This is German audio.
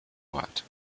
ort